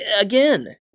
Again